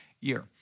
year